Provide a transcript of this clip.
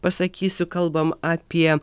pasakysiu kalbam apie